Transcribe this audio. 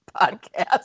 podcast